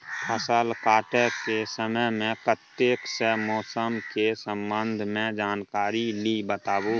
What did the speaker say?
फसल काटय के समय मे कत्ते सॅ मौसम के संबंध मे जानकारी ली बताबू?